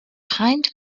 hind